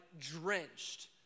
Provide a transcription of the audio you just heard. drenched